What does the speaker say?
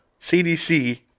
CDC